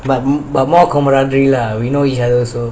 we know each other also